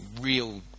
real